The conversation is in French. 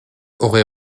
aurait